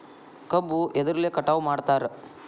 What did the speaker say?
ಕಬ್ಬು ಎದ್ರಲೆ ಕಟಾವು ಮಾಡ್ತಾರ್?